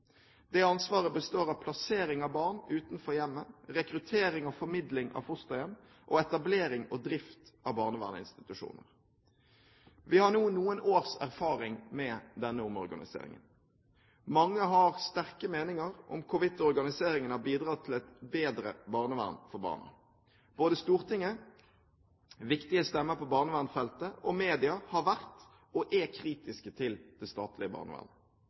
Det ansvaret består av plassering av barn utenfor hjemmet, rekruttering og formidling av fosterhjem og etablering og drift av barnevernsinstitusjoner. Vi har nå noen års erfaring med denne omorganiseringen. Mange har sterke meninger om hvorvidt organiseringen har bidratt til et bedre barnevern for barna. Både Stortinget, viktige stemmer på barnevernsfeltet og media har vært og er kritiske til det statlige barnevernet.